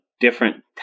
different